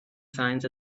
signs